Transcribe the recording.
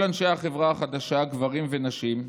כל אנשי החברה החדשה, גברים ונשים,